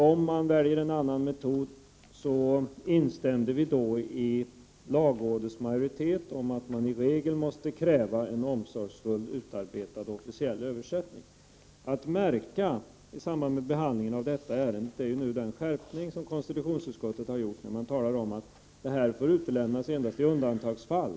Lagrådets majoritet menade att om man väljer en annan metod måste man i regel kräva en omsorgsfullt utarbetad officiell översättning, och vi instämde i detta. Att märka i samband med behandlingen av detta ärende är den skärpning som konstitutionsutskottet har gjort. Man talar om att en svensk översättning får utelämnas endast i undantagsfall.